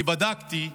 בדקתי,